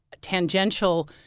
tangential